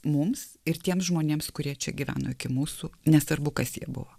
mums ir tiems žmonėms kurie čia gyveno iki mūsų nesvarbu kas jie buvo